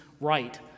right